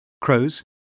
Crows